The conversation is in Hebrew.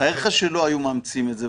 תאר לך שלא היו מאמצים את זה,